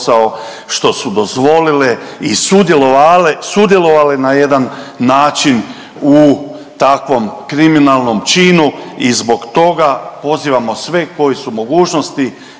i sudjelovale, sudjelovale na jedan način u takvom kriminalnom činu i zbog toga pozivamo sve koji su u mogućnosti